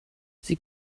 sie